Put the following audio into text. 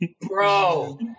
Bro